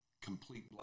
complete